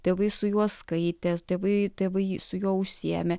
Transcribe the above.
tėvai su juo skaitė tėvai tėvai su juo užsiėmė